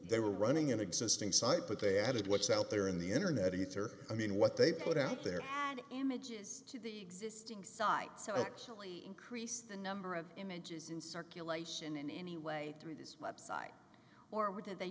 they were running an existing site but they added what's out there in the internet ether i mean what they put out there had images to the existing side so actually increase the number of images in circulation in any way through this website or would they